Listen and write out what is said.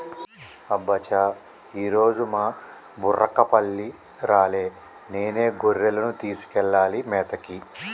అబ్బ చా ఈరోజు మా బుర్రకపల్లి రాలే నేనే గొర్రెలను తీసుకెళ్లాలి మేతకి